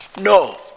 No